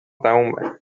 تمومه